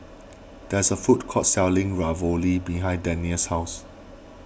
there is a food court selling Ravioli behind Dannielle's house